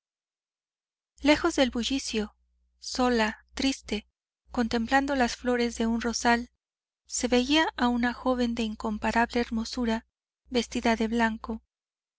lejos del bullicio sola triste contemplando las flores de un rosal se veía a una joven de incomparable hermosura vestida de blanco